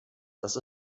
dass